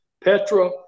Petra